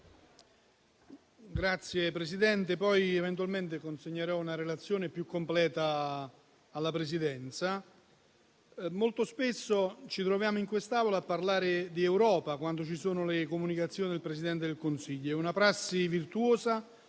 preliminarmente che, eventualmente, consegnerò una relazione più completa alla Presidenza. Molto spesso ci troviamo in quest'Aula a parlare di Europa, quando ci sono le comunicazioni del Presidente del Consiglio. È una prassi virtuosa,